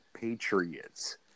Patriots